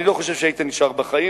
אני לא חושב שהיית נשאר בחיים.